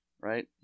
Right